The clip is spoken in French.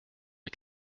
est